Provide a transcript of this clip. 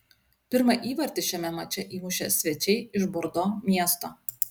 pirmą įvartį šiame mače įmušė svečiai iš bordo miesto